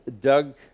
Doug